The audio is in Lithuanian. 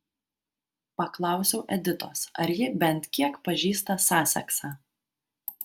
paklausiau editos ar ji bent kiek pažįsta saseksą